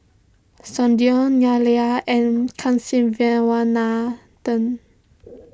Sudhir Neila and Kasiviswanathan